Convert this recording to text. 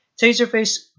Taserface